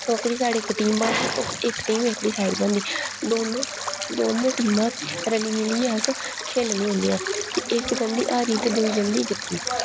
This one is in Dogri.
ओह्कड़ी साइड इक टीम बनदी इक टीम एह्कड़ी साइड बनदी दोनों दौनें टीमां रली मिलियै अस खेढने होन्ने आं इक जंदी हारी ते दूई जंदी जित्ती